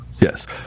Yes